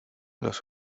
los